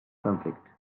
conflict